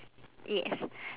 yes